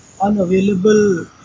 unavailable